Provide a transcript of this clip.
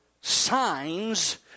signs